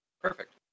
Perfect